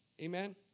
Amen